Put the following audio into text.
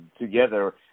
together